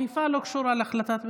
אכיפה לא קשורה להחלטת ממשלה,